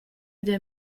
der